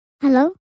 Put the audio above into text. Hello